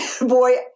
boy